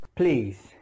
Please